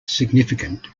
significant